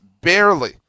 barely